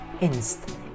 inst